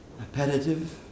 appetitive